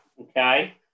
Okay